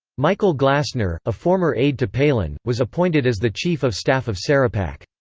michael glassner, a former aide to palin, was appointed as the chief of staff of sarahpac.